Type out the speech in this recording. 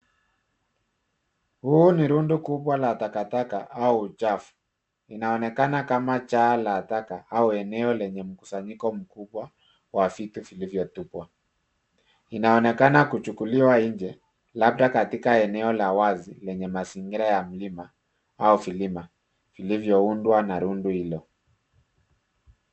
Huu ni rundo kubwa la takataka au uchafu, inaonekana kama jaa la taka au eneo lenye mkusanyiko mkubwa wa vitu vilivyotupwa. Inaonekana kuchukuliwa nje labda katika eneo la wazi wenye mazingira ya mlima au vilima vilivyoundwa na rundo hilo.